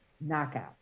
knockout